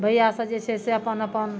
भैया सब जे छै से अपन अपन